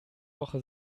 woche